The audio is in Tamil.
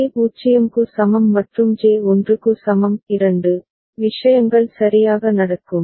ஜே 0 க்கு சமம் மற்றும் ஜே 1 க்கு சமம் இரண்டு விஷயங்கள் சரியாக நடக்கும்